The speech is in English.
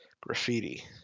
Graffiti